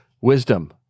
Wisdom